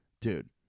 Dude